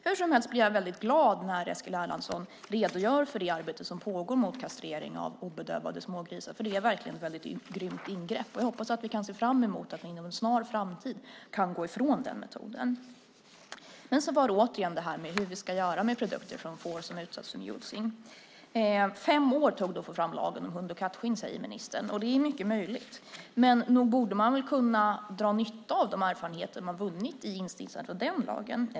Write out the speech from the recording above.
Hur som helst blir jag väldigt glad när Eskil Erlandsson redogör för det arbete som pågår mot kastrering av obedövade smågrisar, för det är verkligen ett väldigt grymt ingrepp. Jag hoppas att vi kan se fram emot att vi inom en snar framtid kan gå ifrån den metoden. Men så var det återigen frågan hur vi ska göra med produkter från får som har utsatts för mulesing . Fem år tog det att få fram lagen om hund och kattskinn, säger ministern, och det är mycket möjligt. Men nog borde man väl kunna dra nytta av de erfarenheter man vunnit vid instiftandet av den lagen?